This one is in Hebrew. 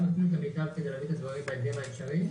אנחנו עושים את המיטב כדי להביא את הדברים בהקדם האפשרי.